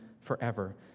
forever